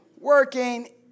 working